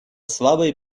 слабый